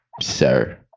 sir